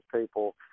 people